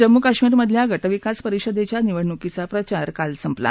जम्मू कश्मीमरधल्या गटविकास परिषदेच्या निवडणुकीचा प्रचार काल संपला